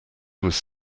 was